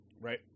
right